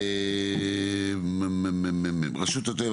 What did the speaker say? רשות הטבע